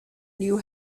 knew